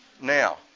Now